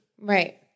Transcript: Right